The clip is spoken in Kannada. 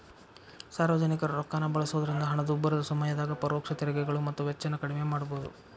ಸಾರ್ವಜನಿಕರ ರೊಕ್ಕಾನ ಬಳಸೋದ್ರಿಂದ ಹಣದುಬ್ಬರದ ಸಮಯದಾಗ ಪರೋಕ್ಷ ತೆರಿಗೆಗಳು ಮತ್ತ ವೆಚ್ಚನ ಕಡ್ಮಿ ಮಾಡಬೋದು